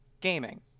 gaming